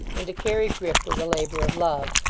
and to carry grip was a labour of love.